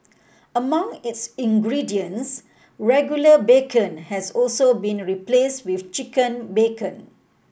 among its ingredients regular bacon has also been replace with chicken bacon